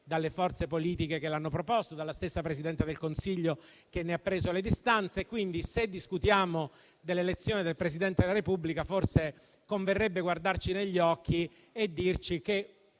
dalle forze politiche che l'hanno proposto, dalla stessa Presidente del Consiglio che ne ha preso le distanze. Quindi, se discutiamo dell'elezione del Presidente della Repubblica, forse converrebbe guardarci negli occhi e dirci che